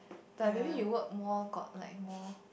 but maybe you work more got like more